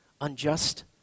unjust